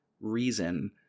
reason